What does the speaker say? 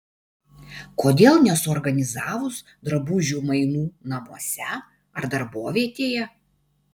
kodėl nesuorganizavus drabužių mainų namuose ar darbovietėje